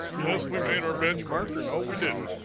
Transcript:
yes, we made our benchmark or no, we didn't.